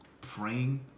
praying